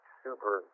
super